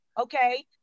Okay